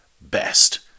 best